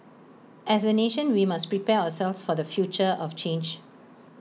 as A nation we must prepare ourselves for the future of change